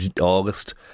August